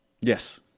Yes